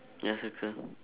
ya circle